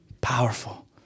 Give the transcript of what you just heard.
Powerful